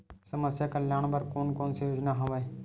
समस्या कल्याण बर कोन कोन से योजना हवय?